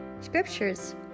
Scriptures